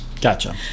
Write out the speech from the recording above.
Gotcha